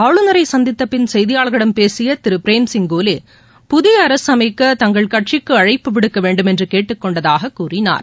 ஆளுநரை சந்தித்தபின் செய்தியாளர்களிடம் பேசிய திரு பிரேம்சிங் கோலே புதிய அரசு அமைக்க தங்கள் கட்சிக்கு அழைப்பு விடுக்கவேண்டும் என்று கேட்டுக்கொண்டதாக கூறினார்